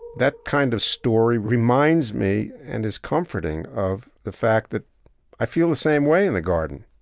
that kind of story reminds me, and is comforting, of the fact that i feel the same way in the garden,